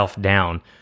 down